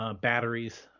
batteries